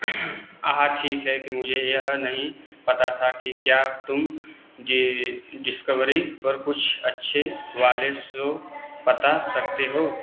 आहा ठीक है कि मुझे यह नहीं पता था कि क्या तुम डिस डिस्कवरी पर कुछ अच्छे वाले शो बता सकते हो